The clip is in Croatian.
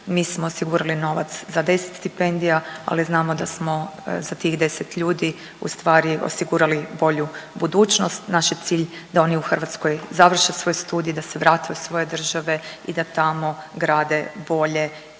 mi smo osigurali novac za 10 stipendija, ali znamo da smo za tih 10 ljudi ustvari osigurali bolju budućnost, naš je cilj da oni u Hrvatskoj završe svoj studij, da se vrate u svoje države i da tamo grade bolje